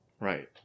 Right